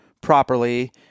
properly